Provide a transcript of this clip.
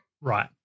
Right